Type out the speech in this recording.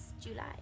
July